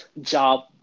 job